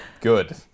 good